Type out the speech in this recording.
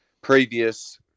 previous